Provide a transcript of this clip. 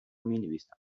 مینویسم